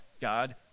God